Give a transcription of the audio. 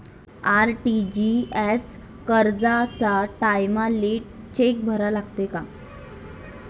RTGS कराच्या टायमाले cheque भरा लागन का?